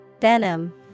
Venom